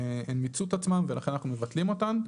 מיצו את עצמן ולכן אנחנו מבטלים אותן.